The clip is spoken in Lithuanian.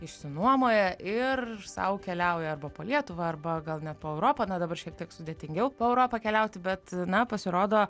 išsinuomoja ir sau keliauja arba po lietuvą arba gal net po europą na dabar šiek tiek sudėtingiau po europą keliauti bet na pasirodo